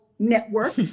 network